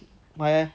why eh